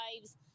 lives